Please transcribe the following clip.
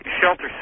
shelter